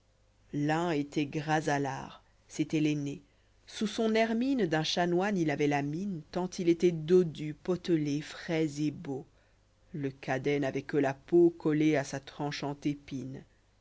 l'un étoit gras lard c'était l'aîné sous son hermine d'un chanoine il avoit là mine tant il étoit dodu potelé frais et beau le cadet n'avoit que la peau collée à sa tranchante épine